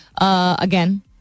again